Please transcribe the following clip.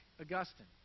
Augustine